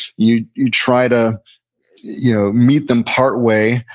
you you try to you know meet them partway.